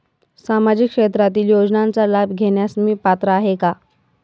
सामाजिक क्षेत्रातील योजनांचा लाभ घेण्यास मी पात्र आहे का?